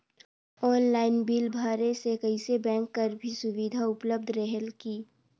Online bill भरे से कइसे बैंक कर भी सुविधा उपलब्ध रेहेल की?